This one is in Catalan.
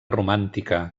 romàntica